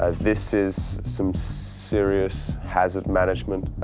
ah this is some serious hazard management.